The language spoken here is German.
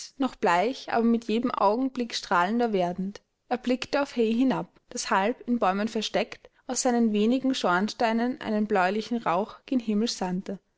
noch bleich aber mit jedem augenblick strahlender werdend er blickte auf hay hinab das halb in bäumen versteckt aus seinen wenigen schornsteinen einen bläulichen rauch gen himmel sandte